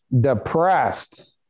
depressed